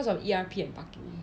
cause of E_R_P and parking